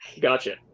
Gotcha